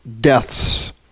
deaths